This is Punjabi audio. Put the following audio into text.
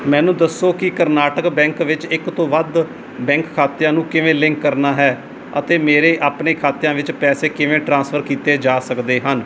ਮੈਨੂੰ ਦੱਸੋ ਕਿ ਕਰਨਾਟਕ ਬੈਂਕ ਵਿੱਚ ਇੱਕ ਤੋਂ ਵੱਧ ਬੈਂਕ ਖਾਤਿਆਂ ਨੂੰ ਕਿਵੇਂ ਲਿੰਕ ਕਰਨਾ ਹੈ ਅਤੇ ਮੇਰੇ ਆਪਣੇ ਖਾਤਿਆਂ ਵਿੱਚ ਪੈਸੇ ਕਿਵੇਂ ਟ੍ਰਾਂਸਫਰ ਕੀਤੇ ਜਾ ਸਕਦੇ ਹਨ